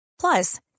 Plus